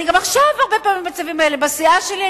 וגם עכשיו אני הרבה פעמים במצבים האלה בסיעה שלי.